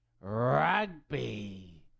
rugby